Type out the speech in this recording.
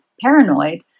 paranoid